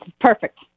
Perfect